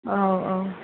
औ औ